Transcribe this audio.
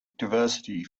diversity